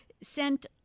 sent